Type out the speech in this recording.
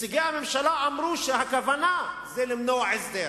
נציגי הממשלה אמרו שהכוונה היא למנוע הסדר,